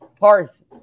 Parth